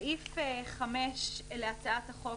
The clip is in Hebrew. סעיף 5 להצעת החוק,